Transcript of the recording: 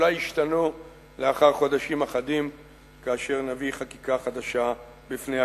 אולי ישתנו לאחר חודשים אחדים כאשר נביא חקיקה חדשה בפני הכנסת: